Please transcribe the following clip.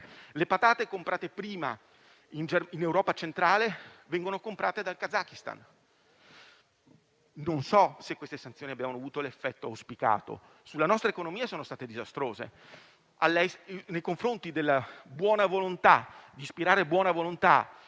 Le patate comprate prima in Europa centrale vengono comprate dal Kazakhistan. Non so se quelle sanzioni abbiano avuto l'effetto auspicato; sulla nostra economia sono state disastrose. Al fine di ispirare buona volontà